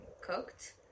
cooked